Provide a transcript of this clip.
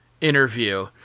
interview